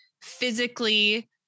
physically